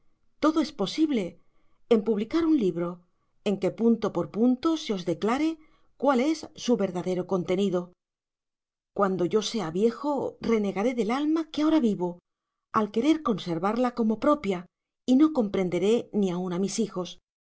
todo es posible en publicar un libro en que punto por punto se os declare cual es su verdadero contenido cuando yo sea viejo renegaré del alma que ahora vivo al querer conservarla como propia y no comprenderé ni aun á mis hijos